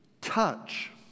touch